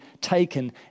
taken